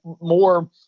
more